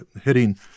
hitting